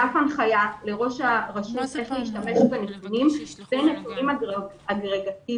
דף הנחיה לראש הרשות איך להשתמש בנתונים ונתונים אגרגטיביים